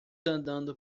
andando